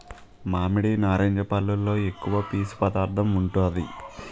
మామిడి, నారింజ పల్లులో ఎక్కువ పీసు పదార్థం ఉంటాది